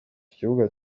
ikibuga